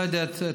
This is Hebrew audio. לא יודע תאריך,